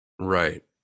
Right